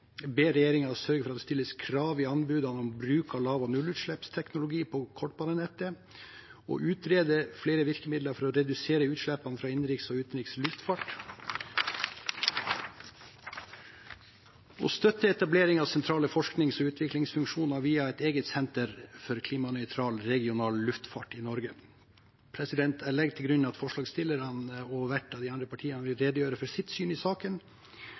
anbudene om bruk av lav- og nullutslippsteknologi på kortbanenettet, å utrede flere virkemidler for å redusere utslippene fra innenriks og utenriks luftfart, og å støtte etablering av sentrale forsknings- og utviklingsfunksjoner via et eget senter for klimanøytral regional luftfart i Norge. Jeg legger til grunn at forslagsstillerne og hvert av de andre partiene vil redegjøre for sitt syn i saken.